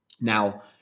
Now